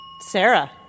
Sarah